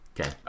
Okay